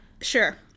sure